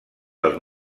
dels